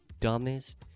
dumbest